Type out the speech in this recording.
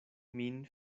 min